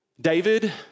David